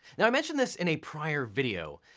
now, i mentioned this in a prior video,